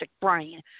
Brain